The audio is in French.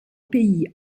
pays